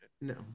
No